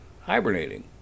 hibernating